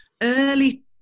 early